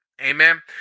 Amen